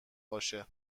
باشه